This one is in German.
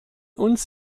uns